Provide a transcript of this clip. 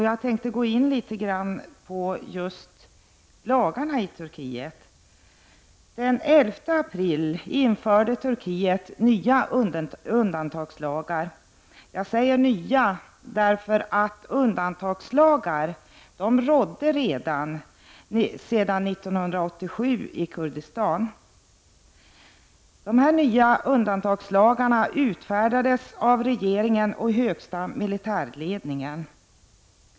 Jag skall något kommentera lagarna i Turkiet. Den 11 april införde Turkiet nya undantagslagar. Jag säger nya därför att undantagslagar råder i Kurdistan sedan 1987. Dessa nya undantagslagar utfärdades av regeringen och högsta militärledningen.